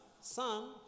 son